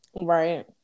Right